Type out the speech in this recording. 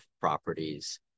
properties